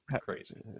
Crazy